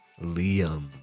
Liam